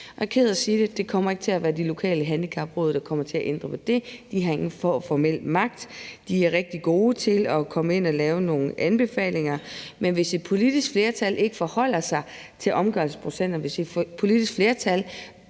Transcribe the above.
det kommer ikke til at være de lokale handicapråd, der kommer til at ændre på det. De har ingen formel magt. De er rigtig gode til at lave nogle anbefalinger, men hvis et politisk flertal ikke forholder sig til omgørelsesprocenterne, og hvis et politisk flertal